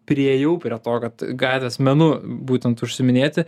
priėjau prie to kad gatvės menu būtent užsiiminėti